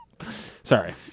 Sorry